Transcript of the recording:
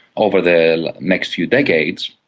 over the next few decades,